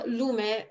lume